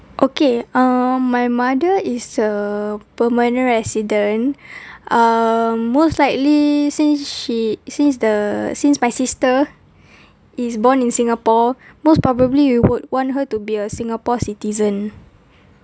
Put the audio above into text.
okay um my mother is a permanent resident um most likely since she since the since my sister is born in singapore most probably you would want her to be a singapore citizen